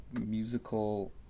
musical